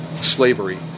slavery